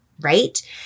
right